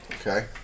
Okay